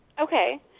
Okay